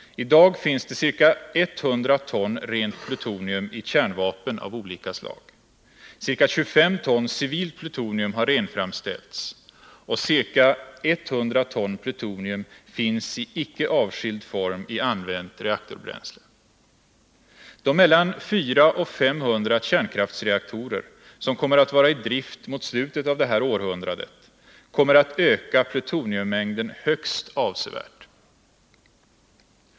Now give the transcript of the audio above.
I dag finns det ca 100 ton rent plutonium i kärnvapen av olika slag. Ca 25 ton plutonium har renframställts, och ca 100 ton plutonium finns i icke avskild form i använt reaktorbränsle. De mellan 400 och 500 kärnkraftsreaktorer som kommer att vara i drift mot slutet av det här århundradet kommer att öka plutoniummängden högst avsevärt.